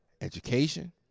Education